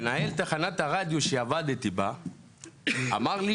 מנהל תחנת הרדיו שעבדתי בה אמר לי